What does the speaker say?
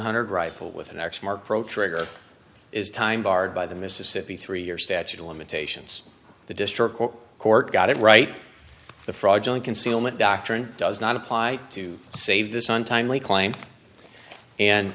hundred rifle with an axe mark pro trigger is time barred by the mississippi three year statute of limitations the district court got it right the fraudulent concealment doctrine does not apply to save this untimely cl